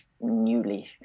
newly